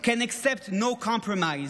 can accept no compromise.